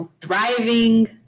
thriving